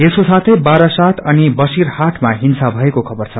यसको साौँ बारासात अनि बसीरहाटमा हिंसा भएको खबर छ